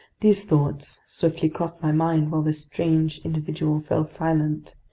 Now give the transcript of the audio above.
these thoughts swiftly crossed my mind while this strange individual fell silent,